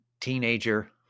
teenager